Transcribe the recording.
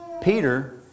Peter